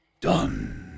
done